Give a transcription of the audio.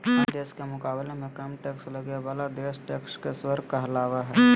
अन्य देश के मुकाबले कम टैक्स लगे बाला देश टैक्स के स्वर्ग कहलावा हई